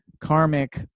karmic